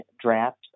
draft